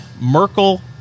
Merkel